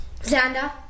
Xander